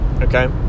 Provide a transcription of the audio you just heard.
okay